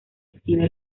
exhibe